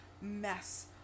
mess